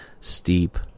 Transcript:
steep